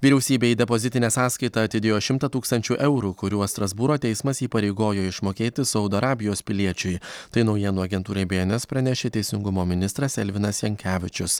vyriausybė į depozitinę sąskaitą atidėjo šimtą tūkstančių eurų kuriuos strasbūro teismas įpareigojo išmokėti saudo arabijos piliečiui tai naujienų agentūrai bns pranešė teisingumo ministras elvinas jankevičius